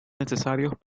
necesarios